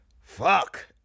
fuck